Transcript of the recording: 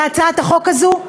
להצעת החוק הזאת?